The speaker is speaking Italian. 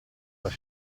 alle